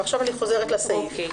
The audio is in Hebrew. עכשיו אני חוזרת לסעיף.